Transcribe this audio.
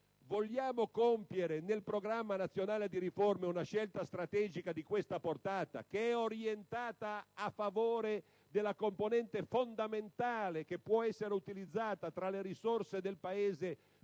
Vogliamo compiere nel Programma nazionale di riforma una scelta strategica di questa portata, orientata a favore della componente fondamentale che può essere utilizzata tra le risorse del Paese per la promozione